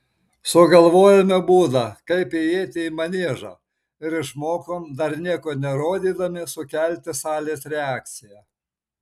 sugalvojome būdą kaip įeiti į maniežą ir išmokom dar nieko nerodydami sukelti salės reakciją